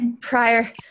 Prior